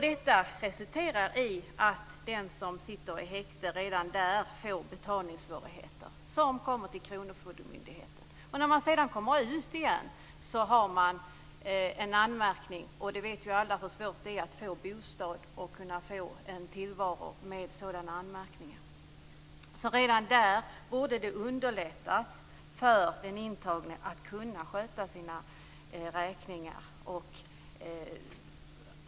Detta resulterar i att den häktade får betalningssvårigheter som går vidare till kronofogdemyndigheten. När man sedan kommer ut finns en anmärkning, och alla vet hur svårt det är att få en bostad osv. med en sådan anmärkning. Redan där borde det underlättas för den intagne att kunna sköta sina räkningar.